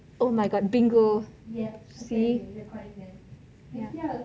oh my god bingo okay okay we are calling there